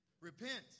Repent